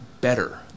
better